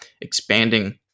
expanding